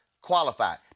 qualified